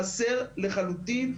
חסר לחלוטין.